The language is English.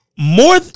More